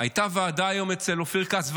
הייתה ועדה היום אצל אופיר כץ,